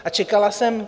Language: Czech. A čekala jsem...